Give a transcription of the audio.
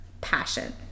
passion